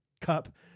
cup